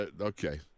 Okay